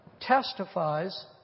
testifies